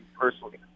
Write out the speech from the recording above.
personally